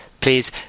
Please